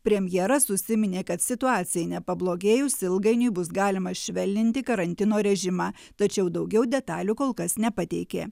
premjeras užsiminė kad situacijai nepablogėjus ilgainiui bus galima švelninti karantino režimą tačiau daugiau detalių kol kas nepateikė